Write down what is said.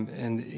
and, you